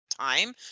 time